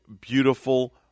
beautiful